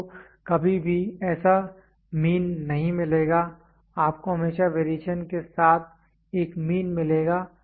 आपको कभी भी ऐसा मीन नहीं मिलेगा आपको हमेशा वेरिएशन के साथ एक मीन मिलेगा